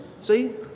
See